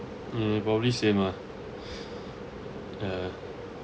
mm probably same ah ya